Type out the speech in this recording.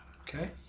Okay